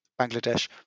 Bangladesh